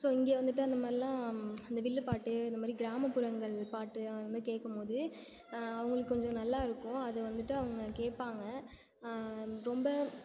so இங்கே வந்துட்டு அந்த மாதிரில்லாம் இந்த வில்லுப்பாட்டு இந்த மாதிரி கிராமப்புறங்கள் பாட்டு அந்த மாதிரி கேட்கும் போது அவங்களுக்கு கொஞ்சம் நல்லாயிருக்கும் அது வந்துட்டு அவங்க கேட்பாங்க ரொம்ப